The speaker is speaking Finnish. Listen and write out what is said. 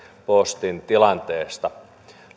postin tilanteesta